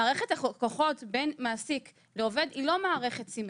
מערכת הכוחות בין מעסיק לבין עובד היא לא מערכת סימטרית,